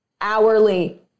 hourly